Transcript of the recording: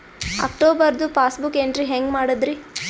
ಅಕ್ಟೋಬರ್ದು passbook entry ಹೆಂಗ್ ಮಾಡದ್ರಿ?